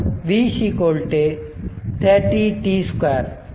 மற்றும் v 30 t 2